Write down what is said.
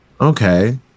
Okay